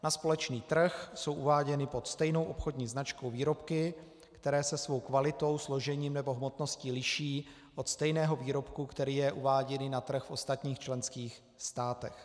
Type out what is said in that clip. Na společný trh jsou uváděny pod stejnou obchodní značkou výrobky, které se svou kvalitou, složením nebo hmotností liší od stejného výrobku, jenž je uváděn na trh v ostatních členských státech.